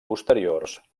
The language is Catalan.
posteriors